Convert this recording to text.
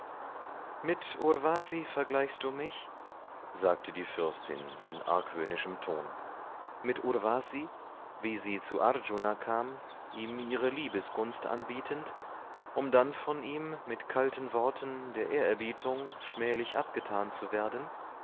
mit urvasi vergleichst du mich sagte die fürstin in argwöhnischem ton mit urvasi wie sie zu arjuna kam ihm ihre liebesgunst anbietend um dann von ihm mit kalten worten der ehrerbietung schmählich abgetan zu werden